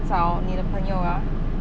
找你的朋友啊